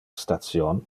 station